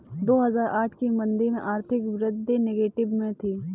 दो हजार आठ की मंदी में आर्थिक वृद्धि नेगेटिव में थी